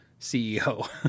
CEO